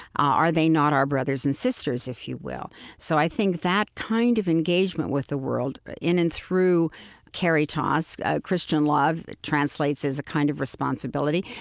are they not our brothers and sisters? if you will. so i think that kind of engagement with the world in and through caritas, ah christian love, translates as a kind of responsibility,